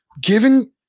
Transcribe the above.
given